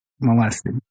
molested